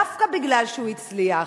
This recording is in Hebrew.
דווקא מפני שהוא הצליח.